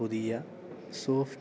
പുതിയ സോഫ്